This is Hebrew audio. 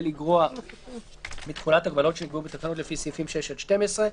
לגרוע מתחולת הגבלות שנקבעו בתקנות לפי סעיפים 6 עד 12,